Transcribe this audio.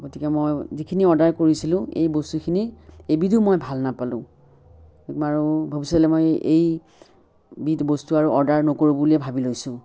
গতিকে মই যিখিনি অৰ্ডাৰ কৰিছিলোঁ এই বস্তুখিনি এবিধো মই ভাল নাপালোঁ বাৰু ভৱিষ্য়তলৈ মই এই বিধ বস্তু আৰু অৰ্ডাৰ নকৰোঁ বুলিয়ে ভাবি লৈছোঁ